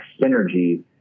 synergy